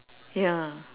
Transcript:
ya